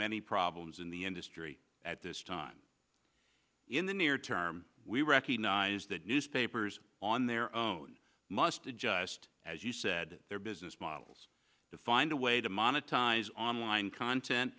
many problems in the industry at this time in the near term we recognize that newspapers on their own must adjust as you said their business models to find a way to monetize online content